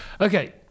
Okay